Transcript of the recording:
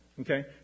okay